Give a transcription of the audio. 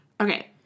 Okay